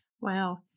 Wow